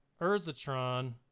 Urzatron